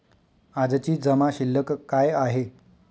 आजची जमा शिल्लक काय आहे?